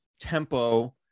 tempo